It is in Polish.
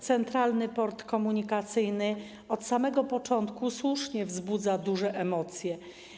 Centralny Port Komunikacyjny od samego początku słusznie wzbudza duże emocje.